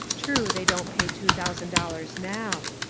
true, they don't pay two thousand dollars now.